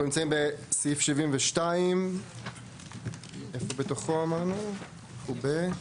אנחנו נמצאים בסעיף 72 בפסקה 10. בבקשה.